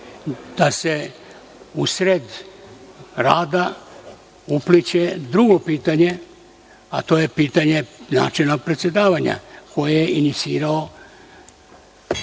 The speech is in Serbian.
da se u sred rada upliće drugo pitanje, a to je pitanje načina predsedavanja koje je inicirao